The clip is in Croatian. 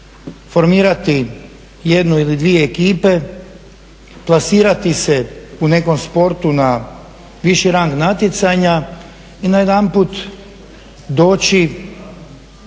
formirati jednu ili dvije ekipe, plasirati se u nekom sportu na viši rang natjecanja i najedanput doći